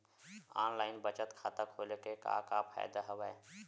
online बचत खाता खोले के का का फ़ायदा हवय